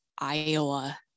Iowa